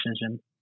decision